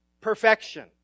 perfection